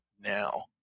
now